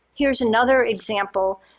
here's another example.